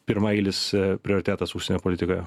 pirmaeilis prioritetas užsienio politikoje